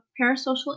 parasocial